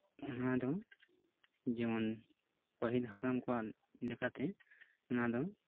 ᱥᱚᱦᱨᱟᱭ ᱫᱚ ᱡᱮᱢᱚᱱ ᱯᱟᱹᱦᱤᱞ ᱦᱟᱯᱲᱟᱢ ᱠᱚᱣᱟᱜ ᱞᱮᱠᱟᱛᱮ ᱱᱚᱣᱟᱫᱚ